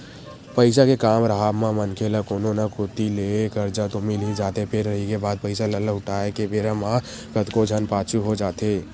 पइसा के काम राहब म मनखे ल कोनो न कोती ले करजा तो मिल ही जाथे फेर रहिगे बात पइसा ल लहुटाय के बेरा म कतको झन पाछू हो जाथे